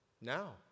now